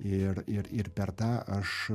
ir ir ir per tą aš